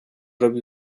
robi